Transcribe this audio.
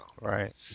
Right